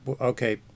Okay